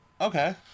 Okay